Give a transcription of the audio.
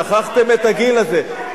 שכחתם את הגיל הזה.